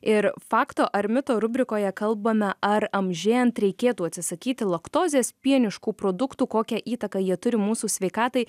ir fakto ar mito rubrikoje kalbame ar amžėjant reikėtų atsisakyti laktozės pieniškų produktų kokią įtaką jie turi mūsų sveikatai